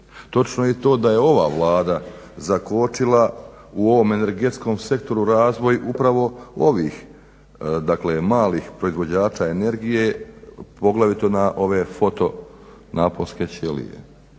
Točno je i to da je ova Vlada zakočila u ovom energetskom sektoru razvoj upravo ovih dakle malih proizvođača energije poglavito na ove fotonaponske ćelije